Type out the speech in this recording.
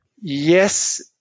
Yes